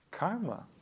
karma